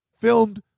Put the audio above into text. filmed